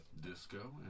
disco